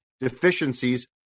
deficiencies